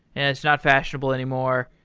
it's not fashionable anymore.